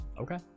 Okay